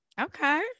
okay